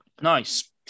Nice